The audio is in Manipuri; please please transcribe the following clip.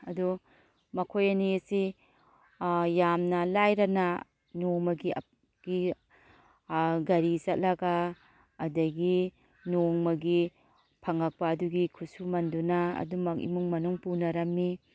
ꯑꯗꯣ ꯃꯈꯣꯏ ꯑꯅꯤ ꯑꯁꯤ ꯌꯥꯝꯅ ꯂꯥꯏꯔꯅ ꯅꯣꯡꯃꯒꯤ ꯒꯥꯔꯤ ꯆꯠꯂꯒ ꯑꯗꯒꯤ ꯅꯣꯡꯃꯒꯤ ꯐꯪꯉꯛꯄ ꯑꯗꯨꯒꯤ ꯈꯨꯠꯁꯨꯃꯟꯗꯨꯅ ꯑꯗꯨꯝꯃꯛ ꯏꯃꯨꯡ ꯃꯅꯨꯡ ꯄꯨꯅꯔꯝꯏ